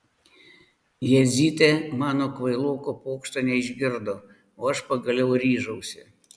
jadzytė mano kvailoko pokšto neišgirdo o aš pagaliau ryžausi